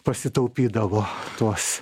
pasitaupydavo tuos